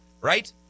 right